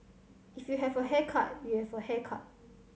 if you have a haircut you have a haircut